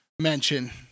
mention